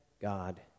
God